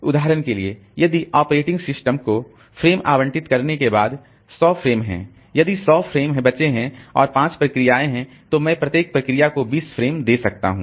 उदाहरण के लिए यदि ऑपरेटिंग सिस्टम को फ़्रेम आवंटित करने के बाद 100 फ़्रेम हैं यदि 100 फ्रेम बचे हैं और 5 प्रोसेसहैं तो मैं प्रत्येक प्रोसेस को 20 फ्रेम दे सकता हूं